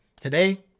today